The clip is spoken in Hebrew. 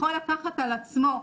יכול לקחת על עצמו,